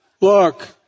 Look